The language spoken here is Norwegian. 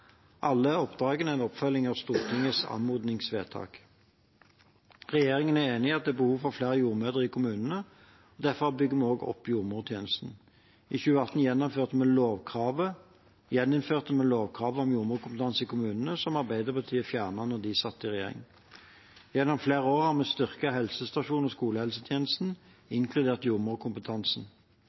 Alle oppdragene er en oppfølging av Stortingets anmodningsvedtak. Regjeringen er enig i at det er behov for flere jordmødre i kommunene, og derfor bygger vi opp jordmortjenesten. I 2018 gjeninnførte vi lovkravet om jordmorkompetanse i kommunene som Arbeiderpartiet fjernet da de satt i regjering. Gjennom flere år har vi styrket helsestasjonene og skolehelsetjenesten, inkludert jordmorkompetansen.